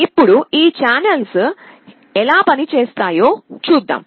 ఇప్పుడు ఈ ఛానల్లు ఎలా పనిచేస్తాయో చూద్దాం